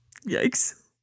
Yikes